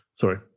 Sorry